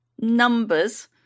numbers